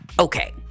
Okay